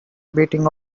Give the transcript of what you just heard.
beating